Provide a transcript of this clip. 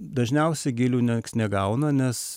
dažniausiai gėlių nieks negauna nes